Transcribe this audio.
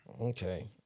Okay